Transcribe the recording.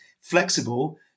flexible